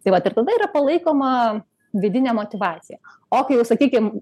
tai vat ir tada yra palaikoma vidinė motyvacija o kai jau sakykim